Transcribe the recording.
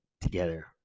together